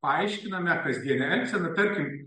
paaiškiname kasdiene elgsena tarkim